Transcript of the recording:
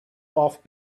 off